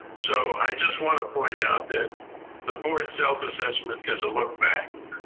so i just want to point out that the board self assessment is a look back.